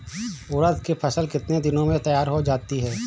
उड़द की फसल कितनी दिनों में तैयार हो जाती है?